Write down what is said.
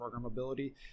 programmability